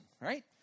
right